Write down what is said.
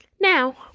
Now